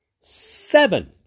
seven